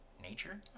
Nature